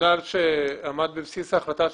הישראלי שהסיע נפצע ברגלו,